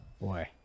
boy